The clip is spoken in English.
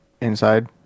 inside